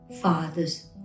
Father's